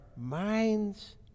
minds